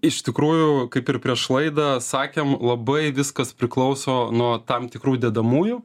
iš tikrųjų kaip ir prieš laidą sakėm labai viskas priklauso nuo tam tikrų dedamųjų